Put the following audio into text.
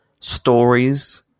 stories